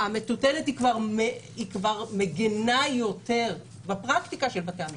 המטוטלת היא כבר מגינה יותר בפרקטיקה של בתי המשפט,